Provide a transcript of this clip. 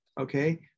okay